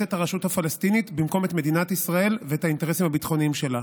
את הרשות הפלסטינית במקום את מדינת ישראל ואת האינטרסים הביטחוניים שלה.